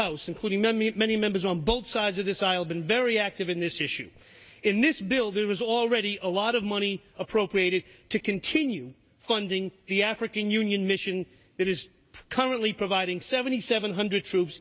house including many many members on both sides of this aisle been very active in this issue in this bill that was already a lot of money appropriated to continue funding the african union mission that is currently providing seventy seven hundred troops